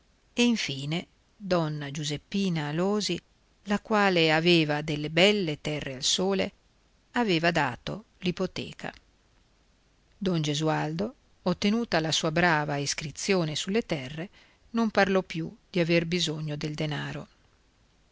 e infine donna giuseppina alòsi la quale aveva delle belle terre al sole aveva dato l'ipoteca don gesualdo ottenuta la sua brava iscrizione sulle terre non parlò più di aver bisogno del denaro